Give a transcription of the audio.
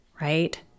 right